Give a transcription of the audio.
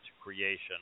creation